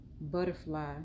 Butterfly